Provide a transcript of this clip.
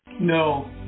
No